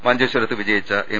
മഞ്ചേ ശ്വരത്ത് വിജയിച്ച എം